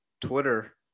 Twitter